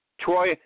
Troy